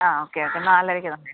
ആ okay okay നാലരക്ക് തന്നെ